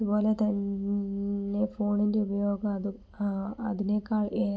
അതുപോലെത്തന്നെ ഫോണിൻ്റെ ഉപയോഗം അതും അതിനേക്കാൽ ഏറെ